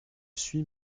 suis